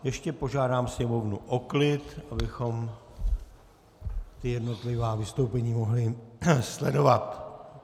Ještě požádám sněmovnu o klid, abychom jednotlivá vystoupení mohli sledovat.